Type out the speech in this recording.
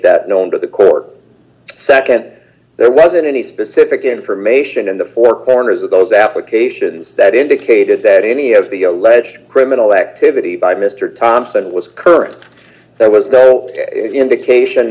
that known to the court nd there wasn't any specific information in the four corners of those applications that indicated that any of the alleged criminal activity by mr thompson was current there was no indication